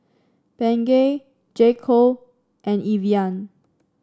Bengay J Co and Evian